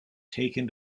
taken